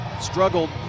struggled